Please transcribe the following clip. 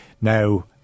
now